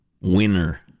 Winner